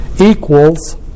equals